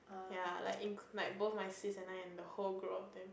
ya like ink like both my sis and I and the whole group of them